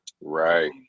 right